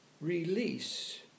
release